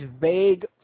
vague